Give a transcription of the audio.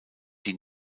die